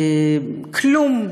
כלום,